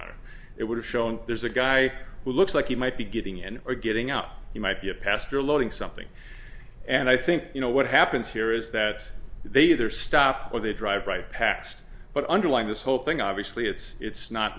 it would have shown there's a guy who looks like he might be getting and or getting out he might be a pastor loading something and i think you know what happens here is that they either stop or they drive right past but underlying this whole thing obviously it's it's not